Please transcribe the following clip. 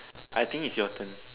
I think is your turn